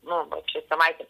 nu va čia savaitės